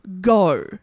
go